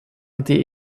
été